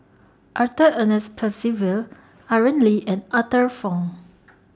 Arthur Ernest Percival Aaron Lee and Arthur Fong